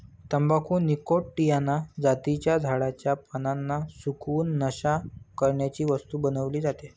तंबाखू निकॉटीयाना जातीच्या झाडाच्या पानांना सुकवून, नशा करण्याची वस्तू बनवली जाते